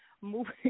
moving